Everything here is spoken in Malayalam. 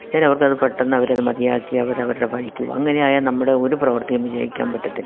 അന്നേരം അവർക്കത് പെട്ടെന്ന് അവരത് മതിയാക്കി അവരവരുടെ വഴിക്കു പോകും അങ്ങനെ ആയാൽ നമ്മുടെ ഒരു പ്രവർത്തിയും വിജയിക്കാൻ പറ്റത്തില്ല